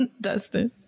Dustin